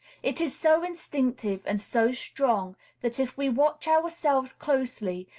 it is so instinctive and so strong that, if we watch ourselves closely,